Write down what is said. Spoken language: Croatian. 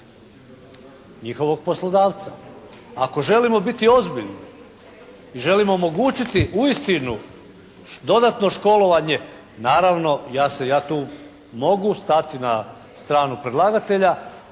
njihovog poslodavca. Ako želimo biti ozbiljni i želimo omogućiti uistinu dodatno školovanje naravno ja tu mogu stati na stranu predlagatelja